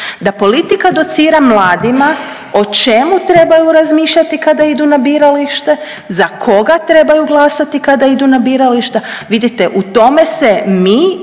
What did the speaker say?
da politika docira mladima o čemu trebaju razmišljati kada idu na biralište, za koga trebaju glasati kada idu na birališta. Vidite u tome se mi